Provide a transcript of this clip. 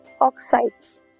oxides